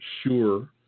sure